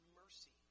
mercy